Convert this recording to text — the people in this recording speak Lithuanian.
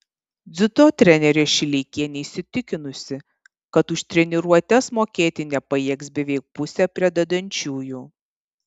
dziudo trenerė šileikienė įsitikinusi kad už treniruotes mokėti nepajėgs beveik pusė pradedančiųjų